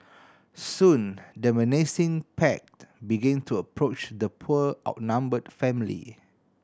soon the menacing pack began to approach the poor outnumbered family